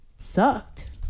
sucked